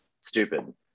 stupid